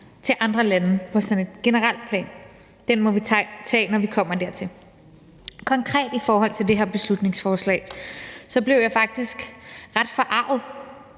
til andre lande på sådan et generelt plan. Den må vi tage, når vi kommer dertil. Konkret i forhold til det her beslutningsforslag vil jeg sige, at jeg faktisk blev ret forarget,